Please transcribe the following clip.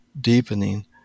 deepening